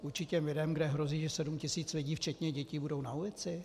Určitým lidem, kde hrozí, že sedm tisíc lidí včetně dětí bude na ulici?